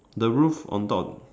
the roof on top